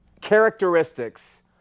characteristics